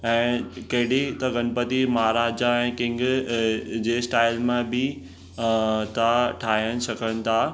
ऐं केॾी त गणपति महाराजा ऐं किंग जे स्टाइल मां बि था ठाहिनि सघनि था